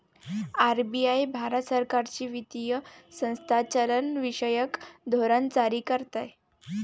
RBI Bharat सरकारची वित्तीय संस्था चलनविषयक धोरण जारी करते